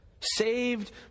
saved